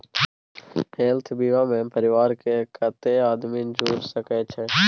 Health बीमा मे परिवार के कत्ते आदमी जुर सके छै?